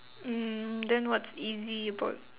mm then what's easy about